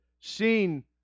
seen